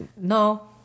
no